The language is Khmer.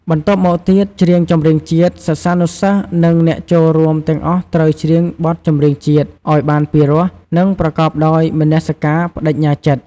បន្ទាប់មកទៀត ច្រៀងចម្រៀងជាតិ សិស្សានុសិស្ស និងអ្នកចូលរួមទាំងអស់ត្រូវ ច្រៀងបទចម្រៀងជាតិ ឲ្យបានពីរោះ និងប្រកបដោយមនសិការ ប្ដេជ្ញាចិត្ត។